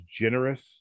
generous